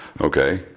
okay